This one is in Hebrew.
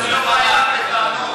אני לא בא אליו בטענות.